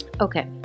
Okay